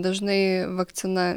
dažnai vakcina